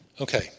Okay